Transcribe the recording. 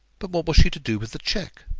but what was she to do with the cheque?